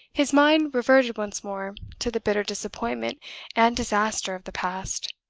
his mind reverted once more to the bitter disappointment and disaster of the past.